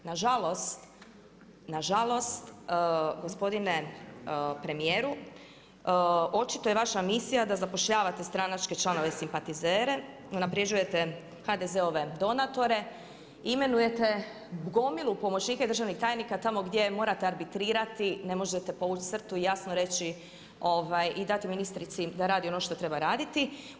Nažalost, nažalost gospodine premijeru, očito je vaša misija da zapošljavate stranačke članove i simpatizere, unaprjeđujete HDZ-ove donatore, imenujete gomilu pomoćnika i državnih tajnika tamo gdje morate arbitrirati, ne možete povući crtu i jasno reći i dati ministrici da radi ono što treba raditi.